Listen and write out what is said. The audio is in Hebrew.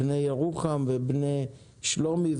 בני ירוחם ובני שלומי,